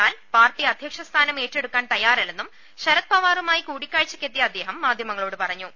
എന്നാൽ പാർട്ടി അധ്യക്ഷസ്ഥാനം ഏറ്റെടുക്കാൻ തയ്യാറല്ലെന്നും ശ്രത് പവാറുമായി കൂടിക്കാഴ്ചക്കെത്തിയ അദ്ദേഹം മാധ്യമങ്ങളോട് പറ്ഞ്ഞു